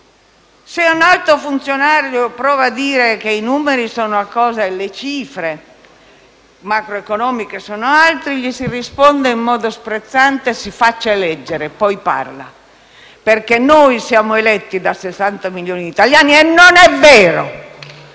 Se un alto funzionario prova a dire che i numeri sono una cosa e le cifre macroeconomiche sono altro, gli si risponde in modo sprezzante che si faccia eleggere e poi parli perché «noi siamo eletti da 60 milioni italiani», e non è vero,